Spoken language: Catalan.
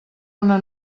una